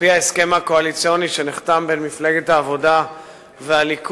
על-פי ההסכם הקואליציוני שנחתם בין מפלגת העבודה לליכוד,